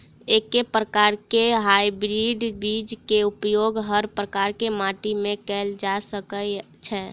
एके प्रकार केँ हाइब्रिड बीज केँ उपयोग हर प्रकार केँ माटि मे कैल जा सकय छै?